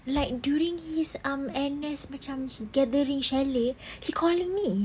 like during his um N_S macam gathering chalet he calling me